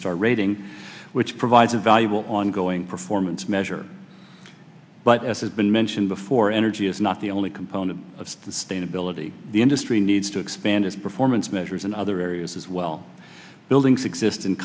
star rating which provides a valuable ongoing performance measure but as has been mentioned before energy is not the only component of the state ability the industry needs to expand its performance measures in other areas as well buildings exist in